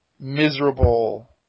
miserable